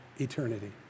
eternity